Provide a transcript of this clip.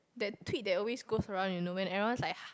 that tweet that always goes around you know when everyone's like